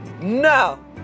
no